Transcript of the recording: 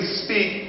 speak